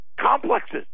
complexes